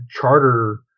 charter